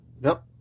Nope